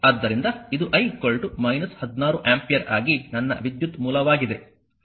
ಆದ್ದರಿಂದ ಇದು I 16 ampere ಆಗಿ ನನ್ನ ವಿದ್ಯುತ್ ಮೂಲವಾಗಿದೆ